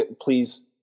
please